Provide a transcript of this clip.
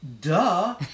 duh